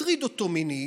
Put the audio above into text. מטריד אותו מינית,